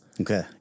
Okay